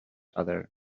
other